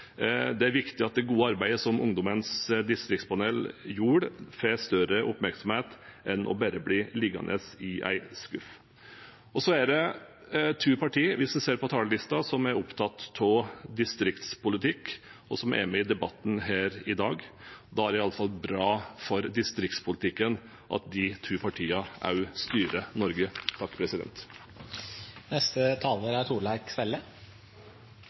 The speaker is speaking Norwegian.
Det er viktig at det gode arbeidet som Ungdommens distriktspanel gjorde, får større oppmerksomhet enn at det bare blir liggende i en skuff. Hvis en ser på talerlisten, er det to partier som er opptatt av distriktspolitikk, og som er med i debatten her i dag. Da er det iallfall bra for distriktspolitikken at de to partiene også styrer Norge.